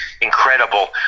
incredible